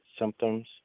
symptoms